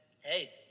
hey